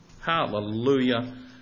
Hallelujah